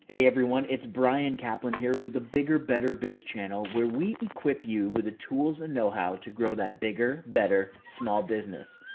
hey everyone, it's bryan caplan here with the bigger, better biz channel where we equip you with the tools and know how to grow that bigger, better small business.